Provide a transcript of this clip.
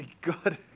Good